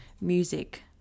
music